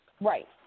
Right